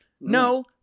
No